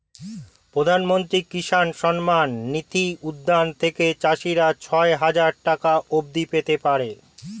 প্রধানমন্ত্রী কিষান সম্মান নিধি উদ্যোগ থেকে চাষিরা ছয় হাজার টাকা অবধি পেতে পারে